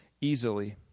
easily